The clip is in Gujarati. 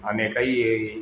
અને કઇ એ